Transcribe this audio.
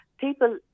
People